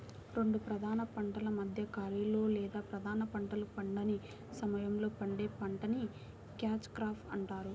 రెండు ప్రధాన పంటల మధ్య ఖాళీలో లేదా ప్రధాన పంటలు పండని సమయంలో పండే పంటని క్యాచ్ క్రాప్ అంటారు